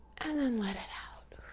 and then let it out.